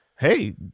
hey